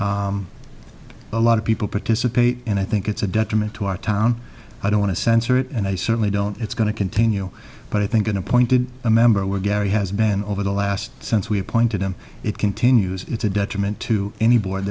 entertaining a lot of people participate and i think it's a detriment to our town i don't want to censor it and i certainly don't it's going to continue but i think in appointed a member we're gary has been over the last since we appointed him it continues it's a detriment to any board